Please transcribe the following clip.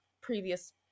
previous